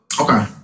Okay